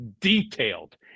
detailed